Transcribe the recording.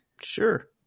sure